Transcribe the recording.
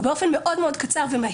או באופן מאוד מהיר,